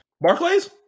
Barclays